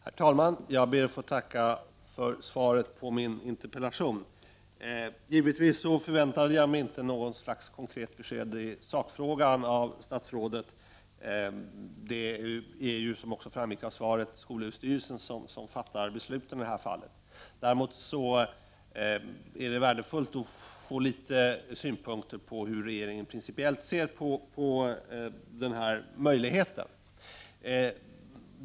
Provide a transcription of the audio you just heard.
Herr talman! Jag ber att få tacka utbildningsministern för svaret på min interpellation. Givetvis förväntade jag mig inte något slags konkret besked i sakfrågan från statsrådet. Det är ju, som också framgick av svaret, skolöverstyrelsen som fattar besluten i det här fallet. Däremot är det värdefullt att få några synpunkter på hur regeringen principiellt ser på den här möjligheten.